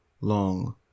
long